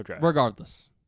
regardless